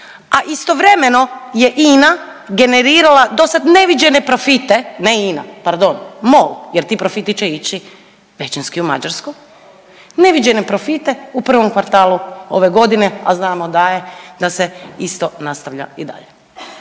a istovremeno je Ina generirala do sad neviđene profite, ne INA, pardon, Mol jer ti profiti će ići većinski u Mađarski, neviđene profite u prvom kvartalu ove godine, a znamo da je da se isto nastavlja i dalje.